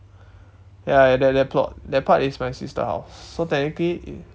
ya that that plot that part is my sister house so technically